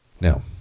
Now